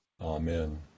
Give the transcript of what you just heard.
Amen